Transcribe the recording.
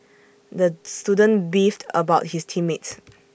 the student beefed about his team mates